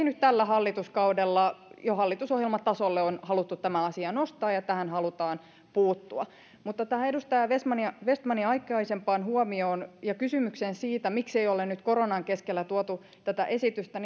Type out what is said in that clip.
nyt tällä hallituskaudella jo hallitusohjelmatasolle on haluttu tämä asia nostaa ja tähän halutaan puuttua tähän edustaja vestmanin aikaisempaan huomioon ja kysymykseen siitä miksei ole nyt koronan keskellä tuotu tätä esitystä